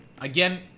again